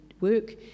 work